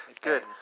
Good